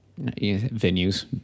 venues